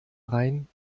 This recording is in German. rhein